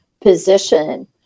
position